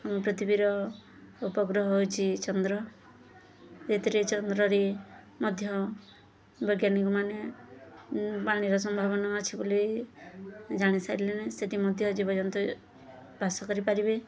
ଆମ ପୃଥିବୀର ଉପଗ୍ରହ ହଉଚି ଚନ୍ଦ୍ର ଏଥିରେ ଚନ୍ଦ୍ରରେ ମଧ୍ୟ ବୈଜ୍ଞାନିକ ମାନେ ପାଣିର ସମ୍ଭାବନା ଅଛି ବୋଲି ଜାଣିସାରିଲେନି ସେଠି ମଧ୍ୟ ଜୀବଜନ୍ତୁ ବାସ କରିପାରିବେ